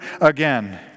again